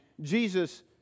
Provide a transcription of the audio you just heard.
Jesus